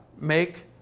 make